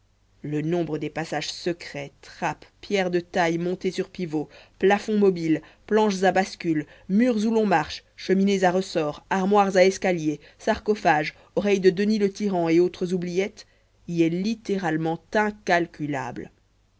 le nombre des passages secrets trappes pierres de taille montées sur pivot plafonds mobiles planches à bascule murs où l'on marche cheminées à ressort armoires à escaliers sarcophages oreilles de denys le tyran et autres oubliettes y est littéralement incalculable